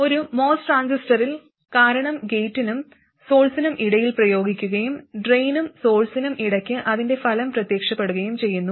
ഒരു MOS ട്രാൻസിസ്റ്ററിൽ കാരണം ഗേറ്റിനും സോഴ്സിനും ഇടയിൽ പ്രയോഗിക്കുകയും ഡ്രെയിനിനും സോഴ്സിനും ഇടയ്ക്ക് അതിന്റെ ഫലം പ്രത്യക്ഷപ്പെടുകയും ചെയ്യുന്നു